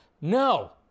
No